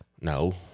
No